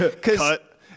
Cut